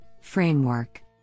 framework